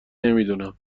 نمیدونم